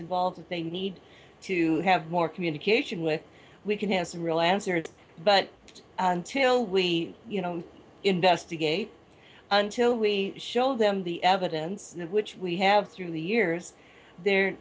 involved that they need to have more communication with we can have some real answers but until we you know investigate until we show them the evidence which we have through the years the